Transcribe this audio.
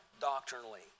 doctrinally